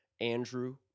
Andrew